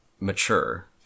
Mature